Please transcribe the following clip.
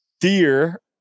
dear